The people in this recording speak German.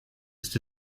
ist